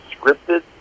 scripted